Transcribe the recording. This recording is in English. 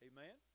Amen